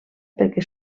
perquè